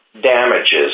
damages